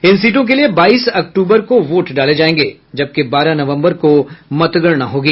इन सीटों के लिए बाईस अक्टूबर को वोट डाले जायेंगे जबकि बारह नवम्बर को मतगणना होगी